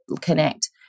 Connect